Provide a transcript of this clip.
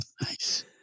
Nice